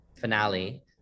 finale